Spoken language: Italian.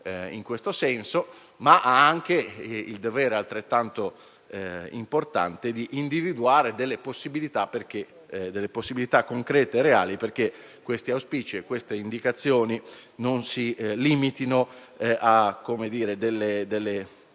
in questa direzione; ma ha anche il dovere, altrettanto importante, di individuare possibilità concrete e reali perché detti auspici e indicazioni non si limitino a luoghi